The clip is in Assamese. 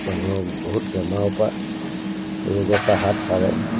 মানুহৰ বহুত বেমাৰৰ পৰা ৰোগৰ পৰা হাত সাৰে